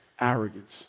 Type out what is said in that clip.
Arrogance